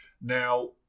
Now